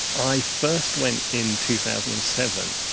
i first went in two thousand and seven,